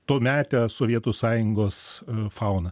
tuomete sovietų sąjungos fauna